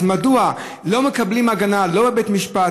אז מדוע לא מקבלים הגנה לא בבית משפט,